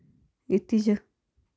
इत्ती च